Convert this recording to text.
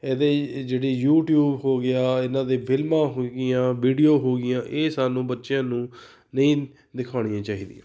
ਇਹਦੇ ਜਿਹੜੀ ਯੂਟਿਊਬ ਹੋ ਗਿਆ ਇਹਨਾਂ ਦੇ ਫਿਲਮਾਂ ਹੋਗੀਆਂ ਵੀਡੀਓ ਹੋਗੀਆਂ ਇਹ ਸਾਨੂੰ ਬੱਚਿਆਂ ਨੂੰ ਨਹੀਂ ਦਿਖਾਉਣੀਆਂ ਚਾਹੀਦੀਆਂ